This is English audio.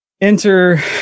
Enter